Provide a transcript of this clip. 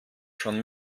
schon